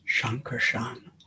Shankarshan